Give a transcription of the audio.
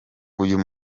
uyu